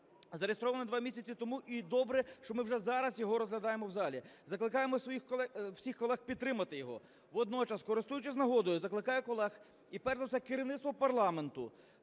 зареєстрований два місяці тому, і добре, що ми вже зараз його розглядаємо в залі. Закликаємо всіх колег підтримати його. Водночас користуючись нагодою, закликаю колег і перш за все керівництво парламенту